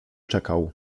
czekał